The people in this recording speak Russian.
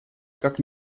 как